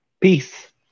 Peace